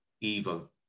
evil